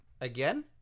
Again